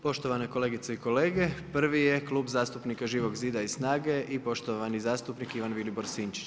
Poštovane kolegice i kolege, prvi je Klub zastupnika Živog zida i SNAGA-e i poštovani zastupnik Ivan Vilibor Sinčić.